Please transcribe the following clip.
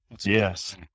Yes